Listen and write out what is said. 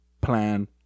plan